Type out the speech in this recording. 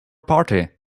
party